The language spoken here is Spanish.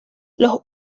los